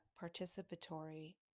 participatory